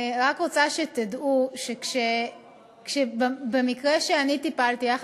רוצה שתדעו שבמקרה שאני טיפלתי בו,